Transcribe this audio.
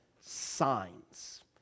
signs